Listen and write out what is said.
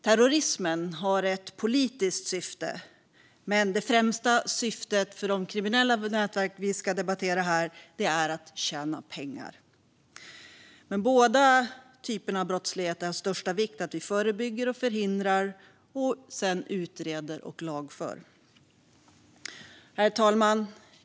Terrorismen har ett politiskt syfte, medan det främsta syftet för de kriminella nätverken, som vi debatterar här, är att tjäna pengar. Men båda typerna av brottslighet är det av största vikt att vi förebygger och förhindrar eller utreder och lagför. Herr talman!